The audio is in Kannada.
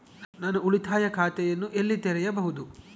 ನಾನು ಉಳಿತಾಯ ಖಾತೆಯನ್ನು ಎಲ್ಲಿ ತೆರೆಯಬಹುದು?